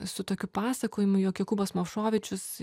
su tokiu pasakojimu jog jokūbas movšovičius